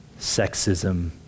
sexism